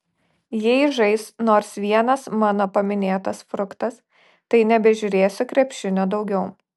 jei žais nors vienas mano paminėtas fruktas tai nebežiūrėsiu krepšinio daugiau